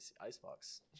Icebox